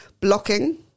Blocking